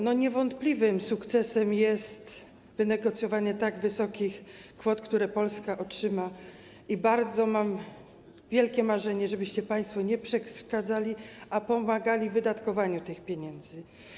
Niewątpliwym sukcesem jest wynegocjowanie tak wysokich kwot, jakie Polska otrzyma, i mam bardzo wielkie marzenie, żebyście państwo nie przeszkadzali, a pomagali w wydatkowaniu tych pieniędzy.